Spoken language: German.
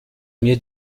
mir